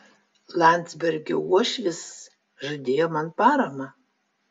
landsbergio uošvis žadėjo man paramą